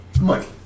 Money